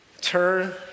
Turn